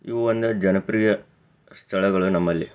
ಇವು ಒಂದು ಜನಪ್ರಿಯ ಸ್ಥಳಗಳು ನಮ್ಮಲ್ಲಿ